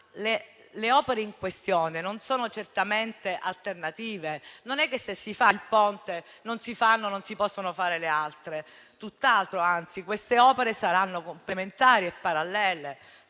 le opere in questione non sono alternative; non è che, se si fa il Ponte, non si fanno o non si possono fare le altre. Tutt'altro, anzi: queste opere saranno complementari e parallele